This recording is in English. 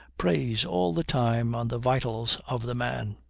preys all the time on the vitals of the man.